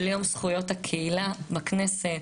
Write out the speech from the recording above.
של יום זכויות הקהילה בכנסת.